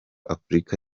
afurika